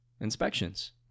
inspections